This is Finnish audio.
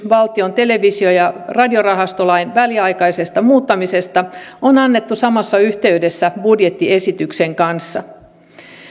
valtion televisio ja radiorahastolain väliaikaisesta muuttamisesta on annettu samassa yhteydessä budjettiesityksen kanssa